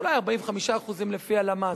אולי 45% לפי הלמ"ס.